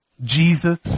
Jesus